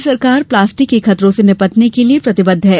राज्य शासन प्लास्टिक के खतरों से निपटने के लिये प्रतिबद्ध है